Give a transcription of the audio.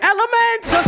Elements